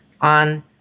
on